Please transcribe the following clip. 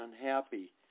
Unhappy